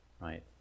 right